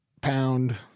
pound